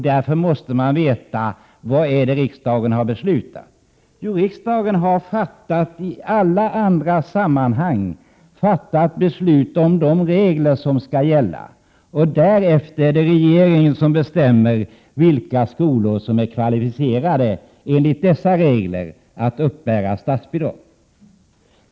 Därför måste man veta vad riksdagen har beslutat. Riksdagen har alltså i alla andra sammanhang fattat beslut om de regler som skall gälla, och därefter är det regeringen som bestämmer vilka skolor som enligt dessa regler är kvalificerade att uppbära statsbidrag.